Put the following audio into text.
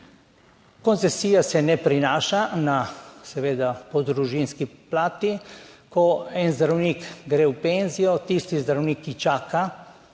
Koncesija se ne prenaša na seveda po družinski plati. Ko en zdravnik gre v penzijo, tisti zdravnik, ki čaka